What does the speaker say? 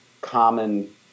common